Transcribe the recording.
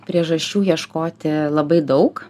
priežasčių ieškoti labai daug